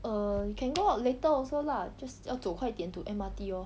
err you can go out later also lah just 要走快点 to M_R_T lor